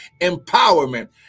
empowerment